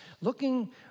looking